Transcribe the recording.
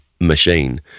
machine